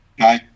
Hi